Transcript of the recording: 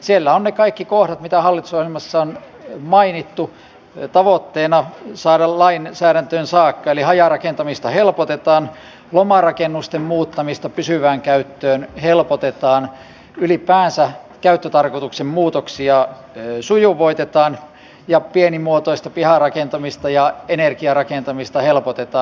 siellä on ne kaikki kohdat mitä hallitusohjelmassa on mainittu tavoitteena saada lainsäädäntöön saakka eli hajarakentamista helpotetaan lomarakennusten muuttamista pysyvään käyttöön helpotetaan ylipäänsä käyttötarkoituksen muutoksia sujuvoitetaan ja pienimuotoista piharakentamista ja energiarakentamista helpotetaan